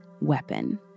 weapon